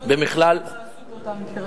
אז למה זה לא חלק מה"סופר-טנקר"?